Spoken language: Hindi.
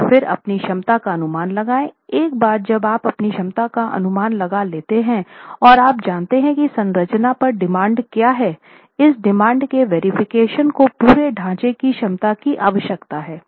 और फिर अपनी क्षमता का अनुमान लगाएँ एक बार जब आप अपनी क्षमता का अनुमान लगा लेते हैं और आप जानते हैं कि संरचना पर डिमांड क्या हैं इस डिमांड की वेरिफिकेशन को पूरे ढांचे की क्षमता की आवश्यकता है